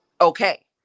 okay